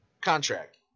contract